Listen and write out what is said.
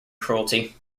cruelty